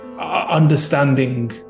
understanding